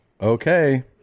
Okay